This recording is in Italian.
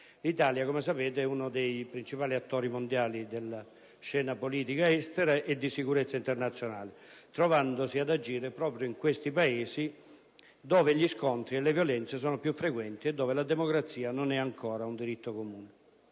L'Italia, come sapete, è uno dei principali attori mondiali della scena politica estera e di sicurezza internazionale, trovandosi ad agire proprio in quei Paesi dove gli scontri e le violenze sono più frequenti e dove la democrazia non è ancora un diritto comune.